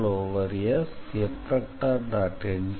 ndxdz|n